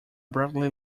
brightly